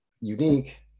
unique